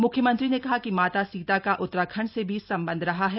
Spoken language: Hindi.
मुख्यमंत्री ने कहा कि माता सीता का उत्तराखण्ड से भी सम्बंध रहा है